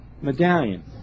medallion